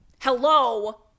Hello